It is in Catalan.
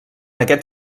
aquest